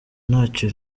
ntacyo